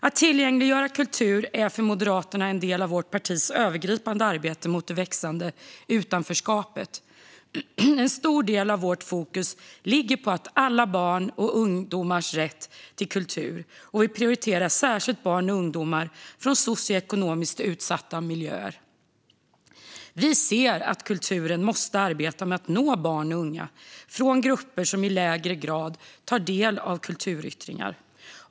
Att tillgängliggöra kultur är för Moderaterna en del av vårt partis övergripande arbete mot det växande utanförskapet. En stor del av vårt fokus ligger på alla barns och ungdomars rätt till kultur, och vi prioriterar särskilt barn och ungdomar från socioekonomiskt utsatta miljöer. Vi ser att kulturen måste arbeta med att nå barn och unga från grupper som i lägre grad tar del av kulturyttringar.